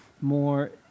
more